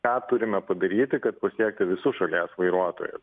ką turime padaryti kad pasiekti visus šalies vairuotojus